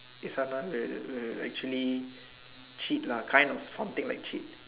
Zana will will actually cheat lah kind of something like cheat